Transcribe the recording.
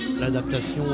l'adaptation